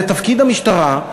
זה תפקיד המשטרה,